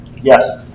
Yes